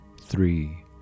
three